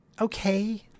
okay